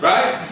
Right